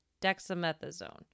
dexamethasone